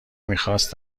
میخواست